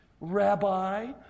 Rabbi